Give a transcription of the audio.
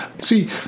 see